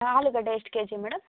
ಹಾಂ ಆಲೂಗಡ್ಡೆ ಎಷ್ಟು ಕೆ ಜಿ ಮೇಡಮ್